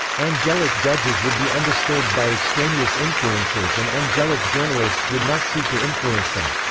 angelic judges would be undisturbed by extraneous influences and angelic journalists would not seek to influence them.